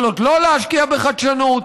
יכולות לא להשקיע בחדשנות,